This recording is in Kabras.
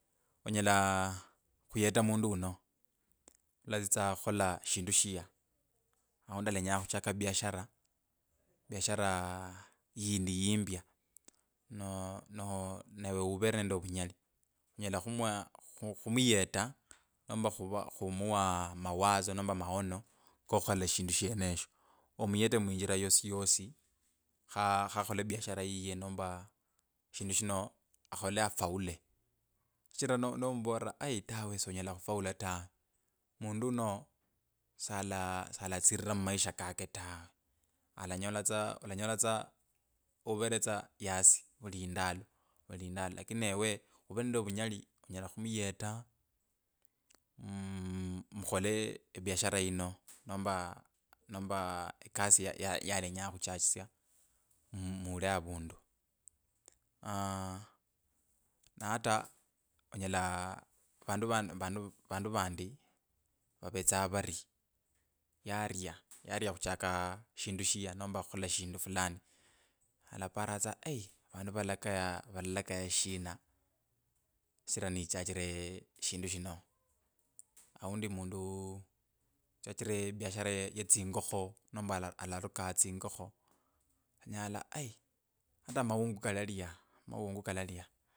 Onyala khuyeta mundu uno. ulatsista khukhola shindu shiya. Aundi alanye khuchaka ebiashara, biashara yindi. No no no newe uvere nende ovunyali, onyela khumuwa, khu khumuyeta, nomba khuva khumuwa mawazo nkmba maono kokhukhola shindu sheneshyo. Omuyete muinjira yosi gosi. kha khakhole biashara yiye. nomba shindu shino. akhole afaule. shichira no no nomulera aii tawe sonyela khufaula tawe. mundu uno. sala salatsirira mumaisha kake ta. Alangola tsa olangola tsa urere tsa yasi vuli ndalo. vuli ndalo lakini ewe uvere nende vunyali onyela khumuyeta mm mukhole ebiashara yino. nomba. nomba ekasi ya ya yalenya khuchachisia mm mule avundu. na ata. onyela. vandu vanilla vand vandu vandi vavetsa vari. yaria. yaria khuchaka aa shindu shiya nomba khukhola shindu fulani. Alapara tsa aii vandu valakaya shina shichira nichachire shindu shino. Aundi mundu. uchachire ebiashara ye tsingokho nomba ala alaruka tsingokho. olanyola aii ata maungu kalalya. maungu kalalya.